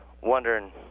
wondering